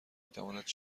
میتواند